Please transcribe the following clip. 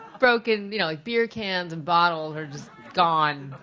broken you know like beer cans and bottles are just gone.